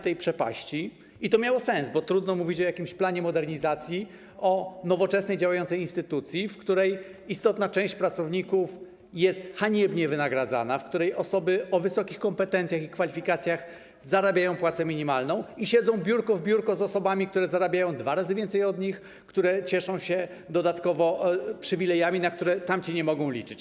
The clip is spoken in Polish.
To miało sens, bo trudno mówić o jakimś planie modernizacji, o nowoczesnej, działającej instytucji, w której istotna część pracowników jest haniebnie wynagradzana, w której osoby o wysokich kompetencjach i kwalifikacjach otrzymują płacę minimalną i siedzą biurko w biurko z osobami, które zarabiają dwa razy więcej od nich i cieszą się dodatkowo przywilejami, na które one nie mogą liczyć.